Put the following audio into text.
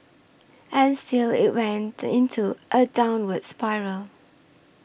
and still it went into a downward spiral